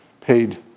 paid